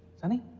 sunny.